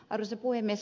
arvoisa puhemies